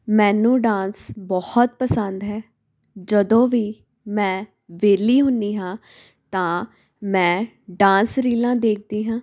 ਮੈਨੂੰ ਡਾਂਸ ਬਹੁਤ ਪਸੰਦ ਹੈ ਜਦੋਂ ਵੀ ਮੈਂ ਵਿਹਲੀ ਹੁੰਦੀ ਹਾਂ ਤਾਂ ਮੈਂ ਡਾਂਸ ਰੀਲਾਂ ਦੇਖਦੀ ਹਾਂ